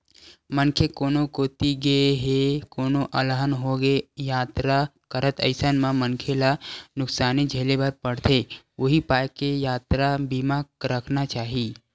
मनखे कोनो कोती गे हे कोनो अलहन होगे यातरा करत अइसन म मनखे ल नुकसानी झेले बर परथे उहीं पाय के यातरा बीमा रखना चाही